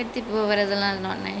ah ya